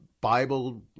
Bible